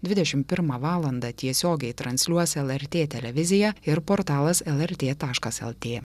dvidešim pirmą valandą tiesiogiai transliuos lrt televizija ir portalas lrt taškas lt